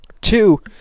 Two